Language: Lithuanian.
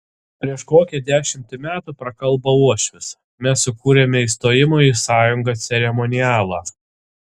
prieš kokią dešimtį metų prakalbo uošvis mes sukūrėme įstojimo į sąjungą ceremonialą